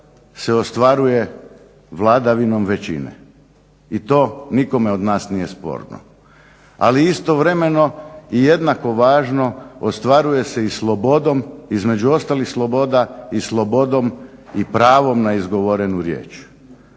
se ostvaruje vladavinom većine i to nikome od nas nije sporno, ali istovremeno je jednako važno ostvaruje se i slobodom, između ostalih sloboda i slobodom i pravom na izgovorenu riječ.